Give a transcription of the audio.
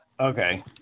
Okay